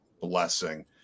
blessing